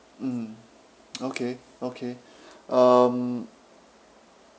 mm okay okay um